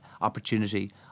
opportunity